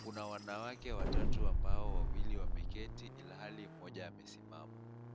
Kuna wanawake watatu ambao wawili wameketi ilhali mmoja amesimama.